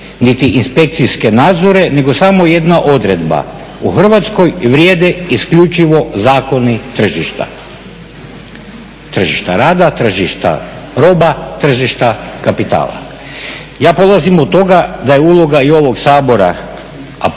niti inspekcijske nadzore nego samo jedna odredba. U Hrvatskoj vrijede isključivo zakoni tržišta, tržišta rada, tržišta roba, tržišta kapitala. Ja polazim od toga je uloga i ovog Sabora i Vlade,